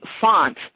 font